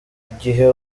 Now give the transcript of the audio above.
igihe